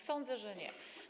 Sądzę, że nie.